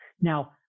Now